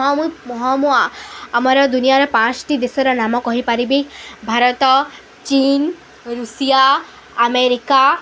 ହଁ ମୁଁ ହଁ ମୁଁ ଆମର ଦୁନିଆରେ ପାଞ୍ଚଟି ଦେଶର ନାମ କହିପାରିବି ଭାରତ ଚୀନ ଋଷିଆ ଆମେରିକା